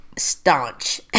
Staunch